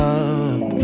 up